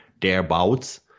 thereabouts